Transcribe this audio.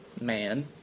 man